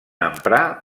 emprar